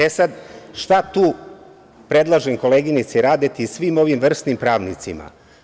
E, sad, šta tu predlažem koleginici Radeti i svim ovim vrsnim pravnicima.